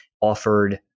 offered